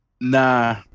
Nah